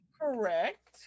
Correct